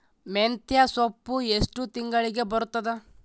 ಮೆಂತ್ಯ ಸೊಪ್ಪು ಎಷ್ಟು ತಿಂಗಳಿಗೆ ಬರುತ್ತದ?